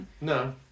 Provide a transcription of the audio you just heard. No